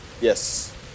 Yes